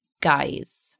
guys